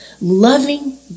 loving